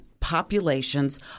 populations